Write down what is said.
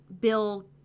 bill